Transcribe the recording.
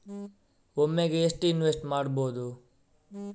ಒಮ್ಮೆಗೆ ಎಷ್ಟು ಇನ್ವೆಸ್ಟ್ ಮಾಡ್ಬೊದು?